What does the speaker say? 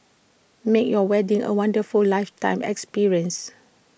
make your wedding A wonderful lifetime experience